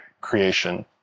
creation